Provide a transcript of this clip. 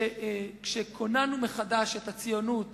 כשכוננו מחדש את הציונות